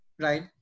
right